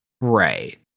Right